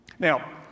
Now